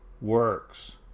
works